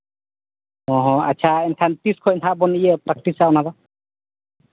ᱦᱚᱸ ᱦᱚᱸ ᱟᱪᱪᱷᱟ ᱮᱱᱠᱷᱟᱱ ᱛᱤᱥ ᱠᱷᱚᱱ ᱦᱟᱸᱜ ᱵᱚᱱ ᱯᱨᱮᱠᱴᱤᱥᱟ ᱚᱱᱟᱫᱚ